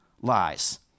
lies